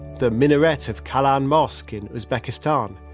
the minaret of kalon mosque in uzbekistan,